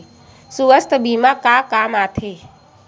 सुवास्थ बीमा का काम आ थे?